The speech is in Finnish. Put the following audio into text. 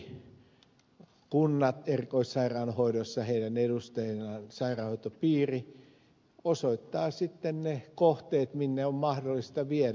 toki kunnat erikoissairaanhoidossa niiden edustajana sairaanhoitopiiri osoittavat sitten ne kohteet minne on mahdollista viedä